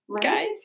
Guys